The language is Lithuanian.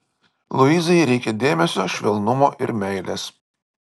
luizai reikia dėmesio švelnumo ir meilės